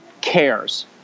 cares